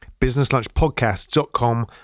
businesslunchpodcast.com